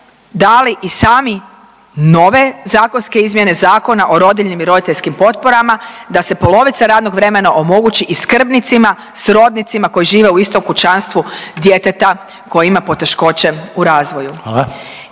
dali i sami nove zakonske izmjene Zakona o rodiljnim i roditeljskim potporama da se polovica radnog vremena omogući i skrbnicima, srodnicima koji žive u istom kućanstvu djeteta koji ima poteškoće u razvoju.